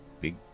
big